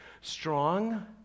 Strong